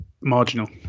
marginal